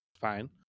fine